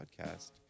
podcast